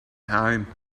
home